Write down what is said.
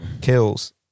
kills